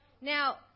Now